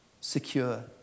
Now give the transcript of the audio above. secure